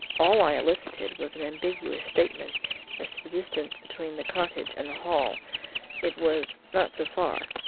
all i elicited was an ambiguous statement as to the distance between the cottage and the hall it was not so far.